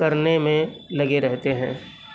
کرنے میں لگے رہتے ہیں